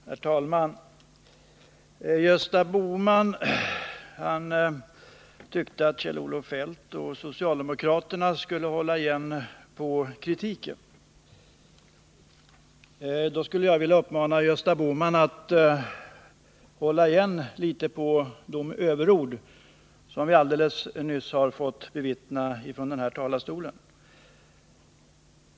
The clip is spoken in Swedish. Herr talman! Gösta Bohman tyckte att Kjell-Olof Feldt och socialdemokraterna skulle hålla igen på kritiken. Då skulle jag vilja uppmana Gösta Bohman att hålla igen litet på sådana överord som vi alldeles nyss har fått höra från denna talarstol.